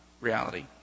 reality